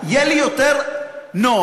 יהיה לי יותר נוח